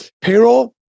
payroll